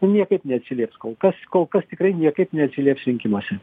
niekaip neatsilieps kol kas kol kas tikrai niekaip neatsilieps rinkimuose